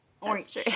Orange